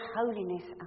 holiness